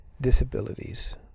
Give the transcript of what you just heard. disabilities